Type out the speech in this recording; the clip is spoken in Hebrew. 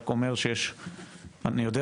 ומכאן נעבור למעקב על הדיון הקודם.